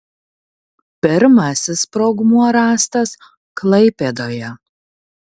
pirmasis sprogmuo rastas klaipėdoje